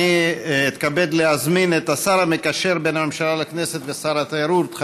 אני מתנצל בפני חבר